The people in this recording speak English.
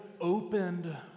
opened